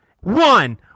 one